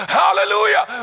hallelujah